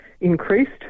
increased